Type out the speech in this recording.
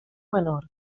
menor